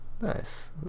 Nice